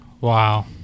Wow